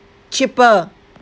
cheaper